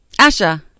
Asha